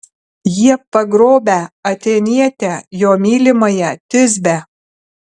jie pagrobę atėnietę jo mylimąją tisbę